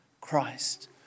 Christ